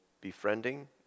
befriending